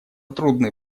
трудный